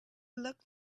looked